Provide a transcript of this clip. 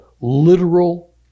literal